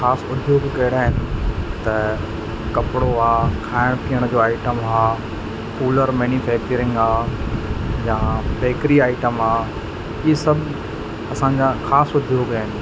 ख़ासि उद्योग कहिड़ा आहिनि त कपिड़ो आहे खाइण पीअण जो आइटम आहे कूलर मेनुफेक्चुरिंग आहे या बेकरी आइटम आहे इहे सभु असांजा ख़ासि उद्योग आहिनि